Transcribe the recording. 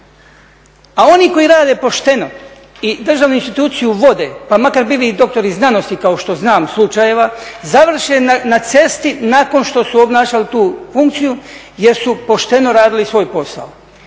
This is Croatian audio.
A oni koji rade pošteno i državnu instituciju vode pa makar bili i doktori znanosti kao što znam slučajeva, završe na cesti nakon što su obnašali tu funkciju jer su pošteno radili svoj posao.